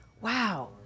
Wow